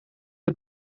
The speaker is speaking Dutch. het